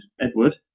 Edward